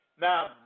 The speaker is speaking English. Now